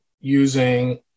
using